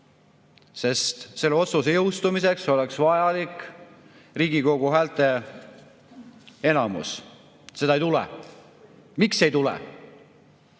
Selle otsuse jõustumiseks on vajalik Riigikogu häälteenamus. Seda ei tule. Miks ei tule?